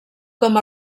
com